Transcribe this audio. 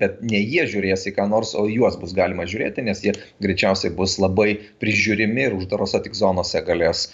bet ne jie žiūrės į ką nors o į juos bus galima žiūrėti nes jie greičiausiai bus labai prižiūrimi ir uždarose tik zonose galės